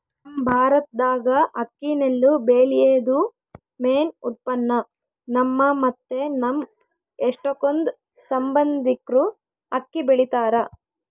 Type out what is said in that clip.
ನಮ್ ಭಾರತ್ದಾಗ ಅಕ್ಕಿ ನೆಲ್ಲು ಬೆಳ್ಯೇದು ಮೇನ್ ಉತ್ಪನ್ನ, ನಮ್ಮ ಮತ್ತೆ ನಮ್ ಎಷ್ಟಕೊಂದ್ ಸಂಬಂದಿಕ್ರು ಅಕ್ಕಿ ಬೆಳಿತಾರ